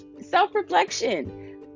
self-reflection